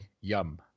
Yum